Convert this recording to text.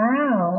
Wow